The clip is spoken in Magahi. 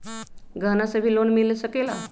गहना से भी लोने मिल सकेला?